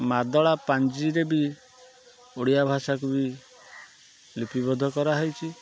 ମାଦଳା ପାଞ୍ଜିରେ ବି ଓଡ଼ିଆ ଭାଷାକୁ ବି ଲିପିବଦ୍ଧ କରାହେଇଛି